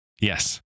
Yes